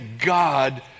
God